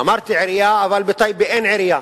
אמרתי עירייה, אבל בטייבה אין עירייה.